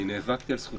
אני נאבקתי על הזכות.